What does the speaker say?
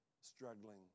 struggling